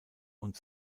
und